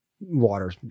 water